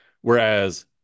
Whereas